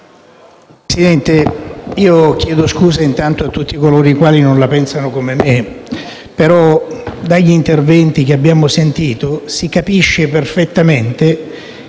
Presidente, chiedo scusa a tutti coloro i quali non la pensano come me, però dagli interventi che abbiamo sentito si capisce perfettamente